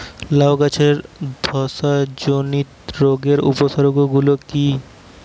লাউ গাছের ধসা জনিত রোগের উপসর্গ গুলো কি কি?